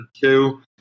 two